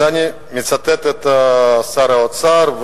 אני מצטט את שר האוצר,